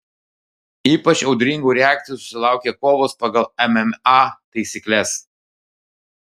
ypač audringų reakcijų susilaukė kovos pagal mma taisykles